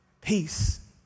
peace